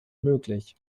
möglich